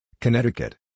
Connecticut